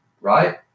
right